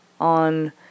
on